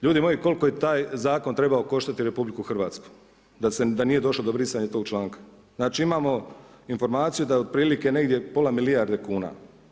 Ljudi moji, koliko je taj zakon trebao koštati RH da nije došlo do brisanja tog članka, znači imamo informaciju da je otprilike negdje pola milijarde kuna.